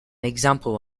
example